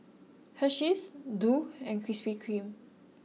Hersheys Doux and Krispy Kreme